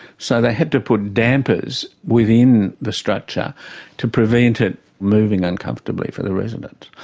so they had to put dampers within the structure to prevent it moving uncomfortably for the residents.